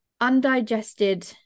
undigested